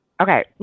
okay